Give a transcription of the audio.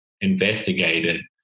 investigated